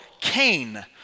Cain